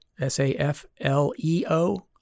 S-A-F-L-E-O